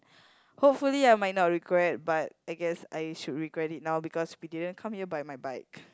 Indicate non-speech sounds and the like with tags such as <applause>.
<breath> hopefully I might not regret but I guess I should regret it now because we didn't come here by my bike